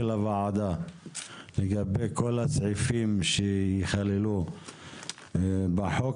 הוועדה לגבי כל הסעיפים שיכללו בחוק,